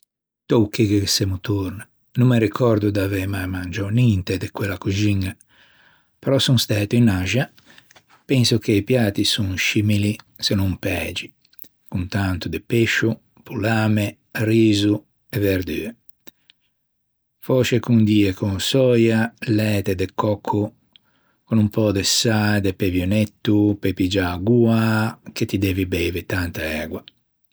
T'ô chì che ghe semmo torna. No me ricòrdo d'avei mangiou ninte de quella coxiña però son stæto in Axia, penso che i piati son scimili se non pægi con tanto de pescio, pollamme, riso e verdue. Fòsce condio con soia, læte de còcco, con un pö de sâ, de pevionetto pe piggiâ a goa che ti dei beive tanta ægua.